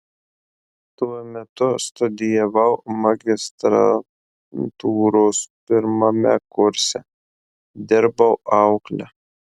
tuo metu studijavau magistrantūros pirmame kurse dirbau aukle